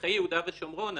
ובשטחי יהודה ושומרון,